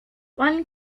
one